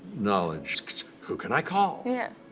knowledge tsks, tss, who can i call? yeah